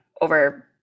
over